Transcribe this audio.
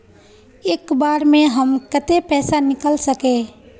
एक बार में हम केते पैसा निकल सके?